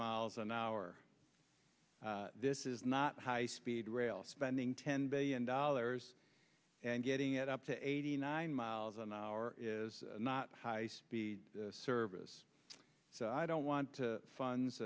miles an hour this is not high speed rail spending ten billion dollars and getting it up to eighty nine miles an hour is not high speed service so i don't want to fund